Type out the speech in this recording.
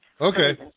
Okay